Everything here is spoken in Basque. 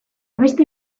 beste